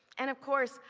and of course,